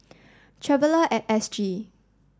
traveller at S G